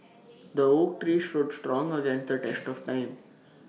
the oak tree stood strong against the test of time